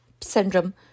syndrome